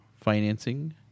financing